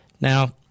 Now